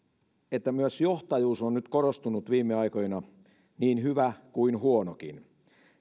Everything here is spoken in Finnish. että myös johtajuus on nyt viime aikoina korostunut niin hyvä kuin huonokin